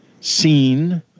seen